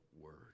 word